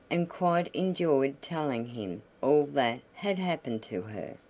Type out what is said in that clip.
and quite enjoyed telling him all that had happened to her.